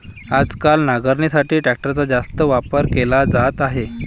आजकाल नांगरणीसाठी ट्रॅक्टरचा जास्त वापर केला जात आहे